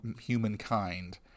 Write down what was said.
humankind